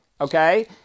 okay